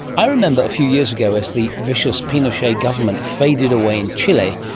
i remember, a few years ago, as the vicious pinochet government faded away in chile,